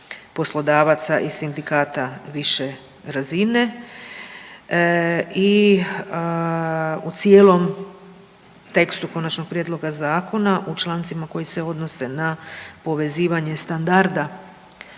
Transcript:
poslodavaca i sindikata više razine. I u cijelom tekstu konačnog prijedloga zakona u člancima koji se odnose na povezivanje standarda